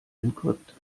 encrypt